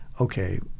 okay